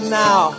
now